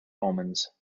omens